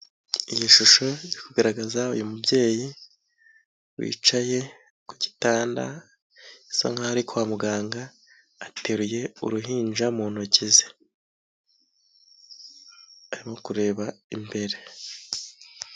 Iyi shusho iri kugaragaza uyu mubyeyi wicaye ku gitanda bisa nk'aho ari kwa muganga ateruye uruhinja mu ntoki ze, arimo kureba imbere.